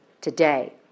today